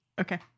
Okay